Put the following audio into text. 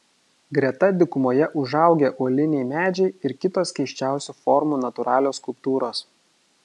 greta dykumoje užaugę uoliniai medžiai ir kitos keisčiausių formų natūralios skulptūros